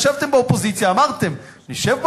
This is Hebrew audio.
ישבתם באופוזיציה, אמרתם: נשב באופוזיציה.